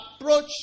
approach